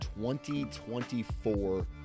2024